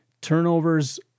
Turnovers